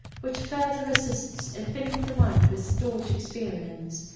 which further assists in filling the mind with stored experience.